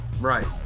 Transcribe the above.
Right